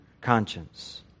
conscience